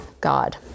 God